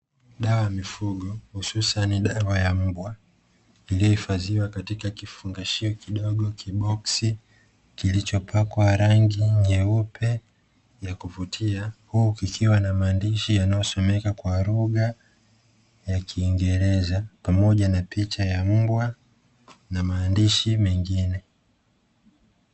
Dawa ya mifugo hususani dawa ya mbwa, iliyohifadhiwa katika kifungashio kidogo kiboksi kilichopakwa rangi nyeupe ya kuvutia, huku kikiwa na maandishi yanayosomeka kwa lugha ya kiingereza, pamoja na picha ya mbwa na maandishi mengine.